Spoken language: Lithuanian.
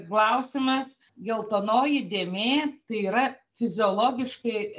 klausimas geltonoji dėmė tai yra fiziologiškai